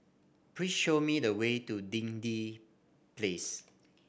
please show me the way to Dinding Place